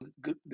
Good